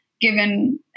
given